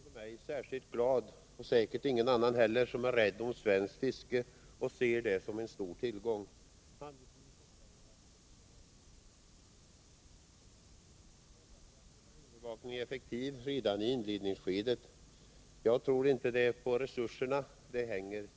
Herr talman! Jag tackar handelsministern för svaret. Det var ett svar som inte gör mig särskilt glad, och säkert inte någon annan heller som är rädd om svenskt fiske och ser det som en stor tillgång. Handelsministern säger att kustbevakningen tillförts ökade resurser — detta för att göra övervakningen effektiv redan i inledningsskedet. Jag tror inte att det är resurserna det i första hand hänger på.